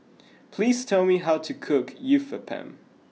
please tell me how to cook Uthapam